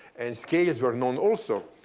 and scales were known, also.